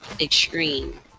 extreme